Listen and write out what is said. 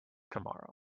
tomorrow